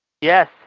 Yes